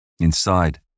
Inside